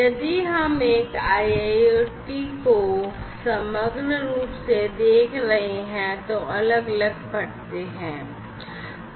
यदि हम IIoT को समग्र रूप से देखे तो अलग अलग परतें हैं